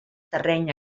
terreny